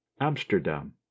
Amsterdam